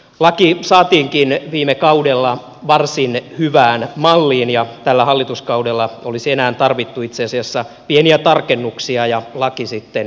laki saatiinkin viime kaudella varsin hyvään malliin ja tällä hallituskaudella olisi enää tarvittu itse asiassa pieniä tarkennuksia ja laki sitten voimaan